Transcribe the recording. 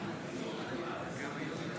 ההסתייגות הזו